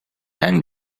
and